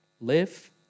Live